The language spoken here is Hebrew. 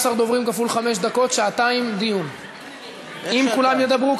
אדוני היושב-ראש,